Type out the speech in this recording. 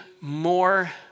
more